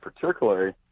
particularly